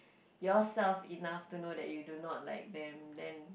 yourself enough to know that you do not like them then